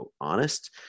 honest